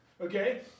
okay